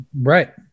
Right